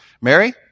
Mary